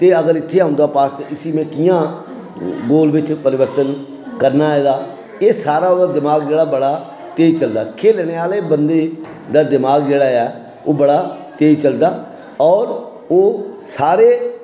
ते अगर इत्थै औंदा पास ते इस्सी में कि'यां गोल बिच्च परिवर्तन करना एह्दा एह् सारा ओह्दा दमाग जेह्ड़ा बड़ा तेज चलदा खेलने आह्ले बंदे दा दमाग जेह्ड़ा ऐ ओह् बड़ा तेज चलदा होर ओह् सारे